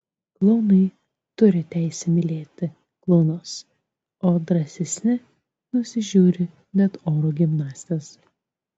klounai turi teisę mylėti klounus o drąsesni nusižiūri net oro gimnastes